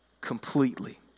completely